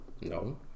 No